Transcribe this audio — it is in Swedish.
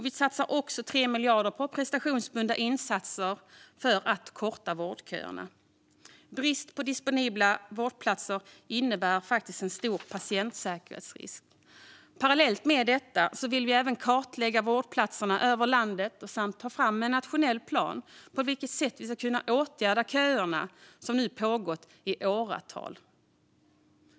Vi satsar också 3 miljarder på prestationsbundna insatser för att korta vårdköerna. Brist på disponibla vårdplatser innebär en stor patientsäkerhetsrisk. Parallellt med detta vill vi kartlägga vårdplatserna över landet och ta fram en nationell plan för hur vi ska kunna åtgärda de köer som nu pågått i åratal.